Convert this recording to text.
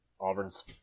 Auburn's